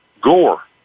Gore